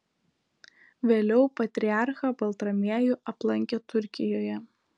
vėliau patriarchą baltramiejų aplankė turkijoje